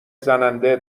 زننده